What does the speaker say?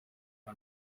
nka